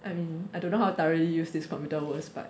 and I don't know how to really use this computer worst part